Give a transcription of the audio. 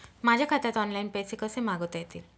माझ्या खात्यात ऑनलाइन पैसे कसे मागवता येतील?